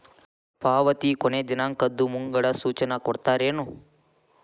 ಪಾವತಿ ಕೊನೆ ದಿನಾಂಕದ್ದು ಮುಂಗಡ ಸೂಚನಾ ಕೊಡ್ತೇರೇನು?